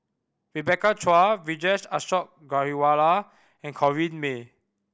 Rebecca Chua Vijesh Ashok Ghariwala and Corrinne May